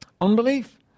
unbelief